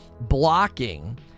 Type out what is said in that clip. blocking